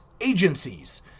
agencies